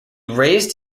raised